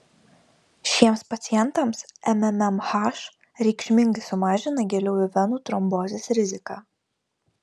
šiems pacientams mmmh reikšmingai sumažina giliųjų venų trombozės riziką